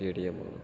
സ്റ്റേഡിയമാണ്